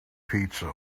pizza